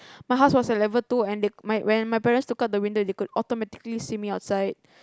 my house was at level two and the when my parents took out the window they could automatically see me outside